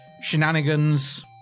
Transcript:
shenanigans